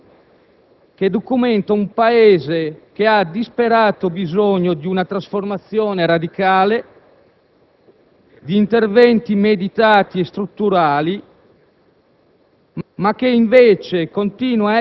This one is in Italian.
è il fotogramma finale che documenta un Paese che ha disperato bisogno di una trasformazione radicale, di interventi meditati e strutturali,